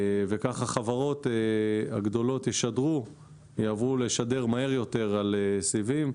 וכך החברות הגדולות יעברו לשדר מהר יותר על סיבים.